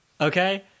Okay